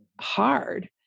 hard